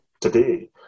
today